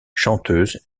chanteuse